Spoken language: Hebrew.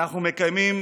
אנחנו מקיימים